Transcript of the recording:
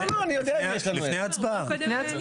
לפי ההצעה.